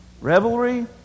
Revelry